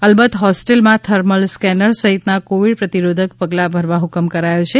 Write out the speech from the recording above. અલબત હોસ્ટેલમાં thermal scanner સહિતના કોવિડ પ્રતિરોધક પગલાં ભરવા હ્કમ કરાથો છે